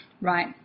Right